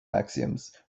axioms